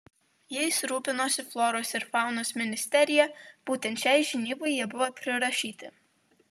jais rūpinosi floros ir faunos ministerija būtent šiai žinybai jie buvo prirašyti